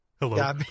Hello